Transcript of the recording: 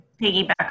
piggyback